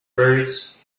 birds